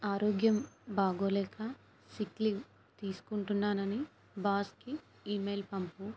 ఆరోగ్యం బాగోలేక sick leave తీసుకుంటున్నానని బాస్కి ఇమెయిల్ పంపు